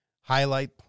highlight